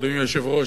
אדוני היושב-ראש,